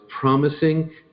promising